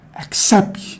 accept